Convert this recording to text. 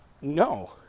No